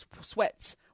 sweats